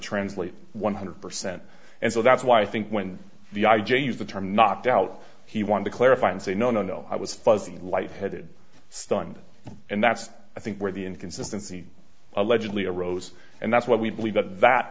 translate one hundred percent and so that's why i think when the i used the term knocked out he wanted to clarify and say no no no i was fuzzy and lightheaded stunned and that's i think where the inconsistency allegedly arose and that's what we believe that that